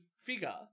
figure